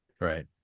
Right